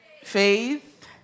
faith